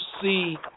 see